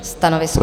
Stanovisko?